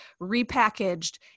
repackaged